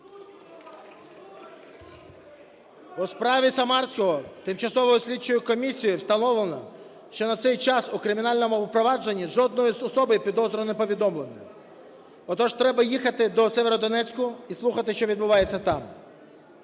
У справі Самарського тимчасовою слідчою комісією встановлено, що на цей час у кримінального провадженні жодної особи підозрюваної не повідомлено. Отож, треба їхати доСєвєродонецька і слухати, що відбувається там.